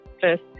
first